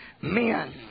men